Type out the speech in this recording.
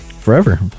Forever